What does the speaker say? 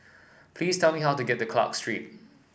please tell me how to get to Clarke Street